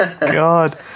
God